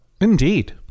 Indeed